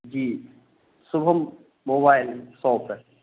जी सुबह मोबाईल सौ पर